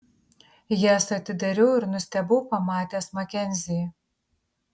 jas atidariau ir nustebau pamatęs makenzį